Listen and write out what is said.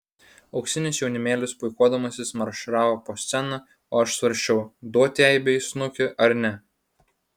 auksinis jaunimėlis puikuodamasis marširavo po sceną o aš svarsčiau duoti eibei į snukį ar ne